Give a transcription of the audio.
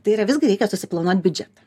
tai yra visgi reikia susiplanuot biudžetą